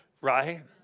Right